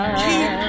keep